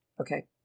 okay